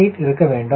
8 இருக்க வேண்டும்